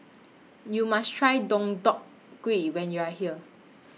YOU must Try Deodeok Gui when YOU Are here